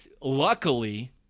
luckily